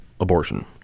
abortion